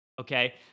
Okay